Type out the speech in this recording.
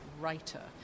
writer